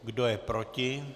Kdo je proti?